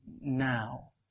now